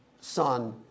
son